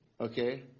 Okay